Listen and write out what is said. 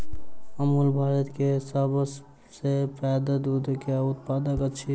अमूल भारत के सभ सॅ पैघ दूध के उत्पादक अछि